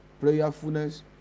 prayerfulness